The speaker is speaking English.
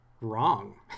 wrong